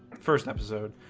first episode.